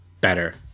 better